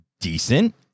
decent